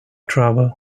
trouble